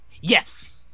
Yes